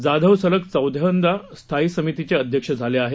जाधव सलग चौथ्यांदा स्थायी समितीचे अध्यक्ष झाले आहेत